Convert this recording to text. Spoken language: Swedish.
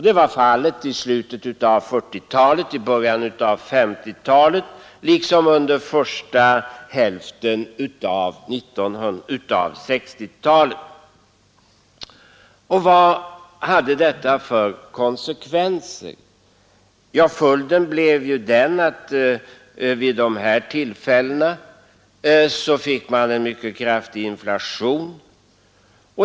Det var fallet i slutet av 1940-talet och början på 1950-talet, liksom under första hälften av 1960-talet. Vad hade detta för konsekvenser? Följden blev en kraftig inflation vid dessa tillfällen.